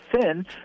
thin